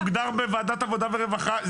מוגדר בוועדת העבודה והרווחה.